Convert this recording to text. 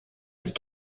would